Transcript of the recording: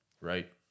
Right